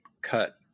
cut